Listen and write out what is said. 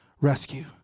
rescue